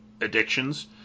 addictions